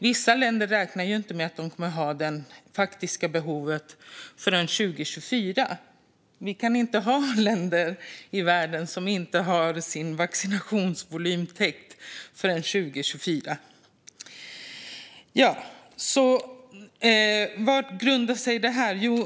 Vissa länder räknar inte med att de kommer att ha det faktiska behovet tillgodosett förrän 2024. Vi kan inte ha länder i världen som inte har sin vaccinationsvolym täckt förrän 2024. Vad grundar sig detta på?